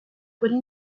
quelli